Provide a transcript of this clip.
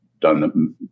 done